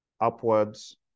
upwards